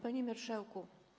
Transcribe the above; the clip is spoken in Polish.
Panie Marszałku!